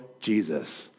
Jesus